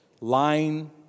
Lying